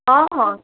ହଁ ହଁ